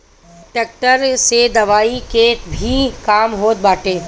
tractor से दवरी के भी काम होत बाटे